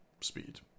speed